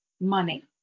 money